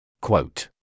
Quote